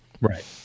Right